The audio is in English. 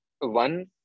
one